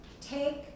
take